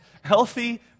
Healthy